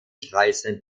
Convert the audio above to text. kreisen